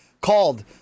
called